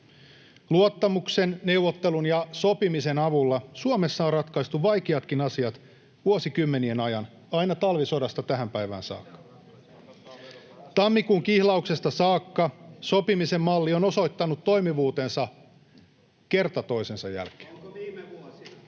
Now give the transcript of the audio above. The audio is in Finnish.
Luottamuksen, neuvottelun ja sopimisen avulla Suomessa on ratkaistu vaikeatkin asiat vuosikymmenien ajan, aina talvisodasta tähän päivään saakka. Tammikuun kihlauksesta saakka sopimisen malli on osoittanut toimivuutensa kerta toisensa jälkeen. [Ben Zyskowicz: